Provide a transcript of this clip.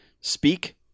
speak